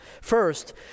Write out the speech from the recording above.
First